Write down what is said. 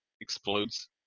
explodes